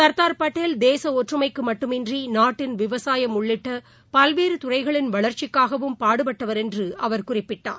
சர்தார் பட்டேல் தேசஒற்றுமைக்குமட்டுமின்றி நாட்டின் விவசாயம் உள்ளிட்டபல்வேறுதுறைகளின் வளர்ச்சிக்காகவும் பாடுபட்டவர் என்றுஅவர் குறிப்பிட்டார்